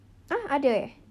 ah ada eh